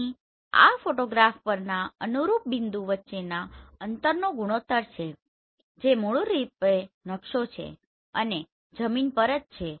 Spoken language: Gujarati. અહી આ ફોટોગ્રાફ પરના અનુરૂપ બિંદુ વચ્ચેના અંતરનો ગુણોત્તર છે જે મૂળરૂપે નકશો છે અને જમીન પર જ છે